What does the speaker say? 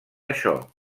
això